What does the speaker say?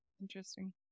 Interesting